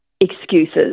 excuses